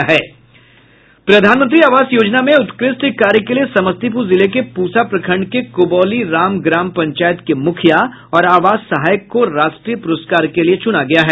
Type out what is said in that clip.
प्रधानमंत्री आवास योजना मे उत्कृष्ट कार्य के लिए समस्तीपूर जिले के प्रसा प्रखंड के कुबौली राम ग्राम पंचायत के मुखिया और आवास सहायक को राष्ट्रीय पुरस्कार के लिए चुना गया है